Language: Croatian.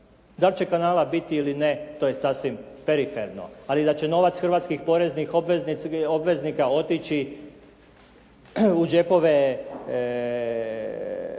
Da li će kanala biti ili ne to je sasvim periferno ali da će novac hrvatskih poreznih obveznika otići u džepove